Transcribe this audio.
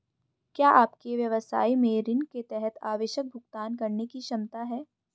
क्या आपके व्यवसाय में ऋण के तहत आवश्यक भुगतान करने की क्षमता है?